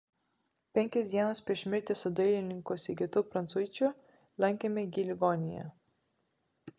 penkios dienos prieš mirtį su dailininku sigitu prancuičiu lankėme jį ligoninėje